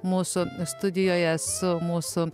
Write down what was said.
mūsų studijoje su mūsų